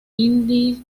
indias